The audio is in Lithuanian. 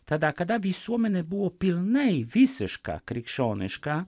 tada kada visuomenė buvo pilnai visiška krikščioniška